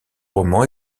roman